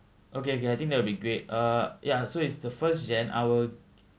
okay okay I think that will be great uh ya so is the first jan I will